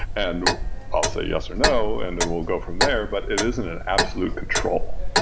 and i'll say yes or no and it will go from there, but it isn't an absolute control.